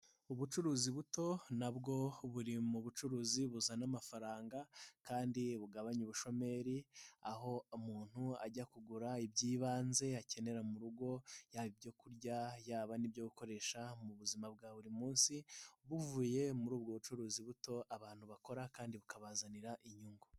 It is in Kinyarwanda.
Ubucuruzi buto nabwo buri mu bucuruzi buzana amafaranga kandi bugabanye ubushomeri ,aho umuntu ajya kugura ibyibanze yakenera mu rugo, yaba ibyo kurya yaba n'ibyo gukoresha mu buzima bwa buri munsi ,buvuye muri ubwo bucuruzi buto abantu bakora kandi bukabazanira inyungu.